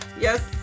Yes